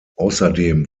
außerdem